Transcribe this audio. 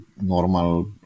normal